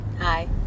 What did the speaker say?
Hi